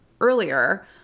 earlier